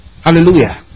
Hallelujah